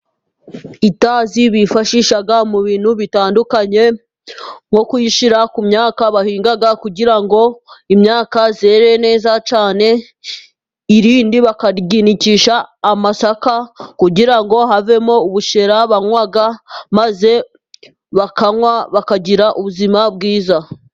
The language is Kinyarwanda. Itazi bifashisha mu bintu bitandukanye, nko kuyishyira ku myaka bahinga kugira ngo imyaka yere neza cyane, irindi bakaryinikisha amasaka, kugira ngo havemo ubushera banywa, maze bakanywa bakagira ubuzima bwiza.